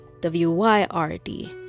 W-Y-R-D